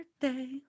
birthday